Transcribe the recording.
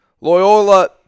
Loyola